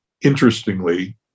interestingly